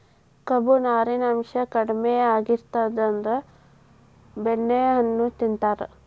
ಕೊಬ್ಬು, ನಾರಿನಾಂಶಾ ಕಡಿಮಿ ಆಗಿತ್ತಂದ್ರ ಬೆಣ್ಣೆಹಣ್ಣು ತಿಂತಾರ